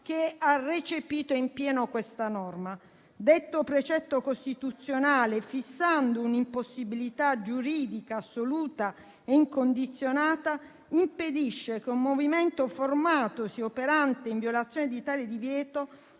che ha recepito in pieno questa norma. Detto precetto costituzionale, fissando un'impossibilità giuridica assoluta e incondizionata, impedisce che un movimento formatosi e operante in violazione di tale divieto